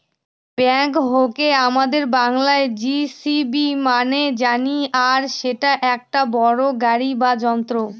ব্যাকহোকে আমাদের বাংলায় যেসিবি নামেই জানি আর এটা একটা বড়ো গাড়ি বা যন্ত্র